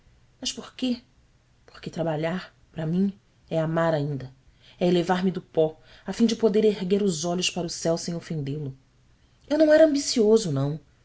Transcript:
mas por quê porque trabalhar para mim é amar ainda e elevar me do pó a fim de poder erguer os olhos para o céu sem ofendê lo eu não era ambicioso não